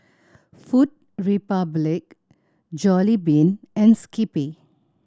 Food Republic Jollibean and Skippy